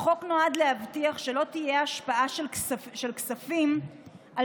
החוק נועד להבטיח שלא תהיה השפעה של כספים על